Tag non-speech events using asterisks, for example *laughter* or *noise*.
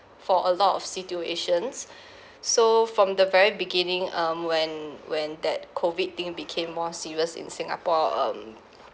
for a lot of situations *breath* so from the very beginning um when when that COVID thing became more serious in singapore um